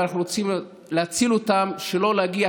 אבל אנחנו רוצים להציל אותם שלא להגיע,